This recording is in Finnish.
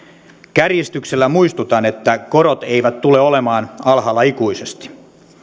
kärjistyksellä muistutan että korot eivät tule olemaan alhaalla ikuisesti